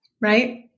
Right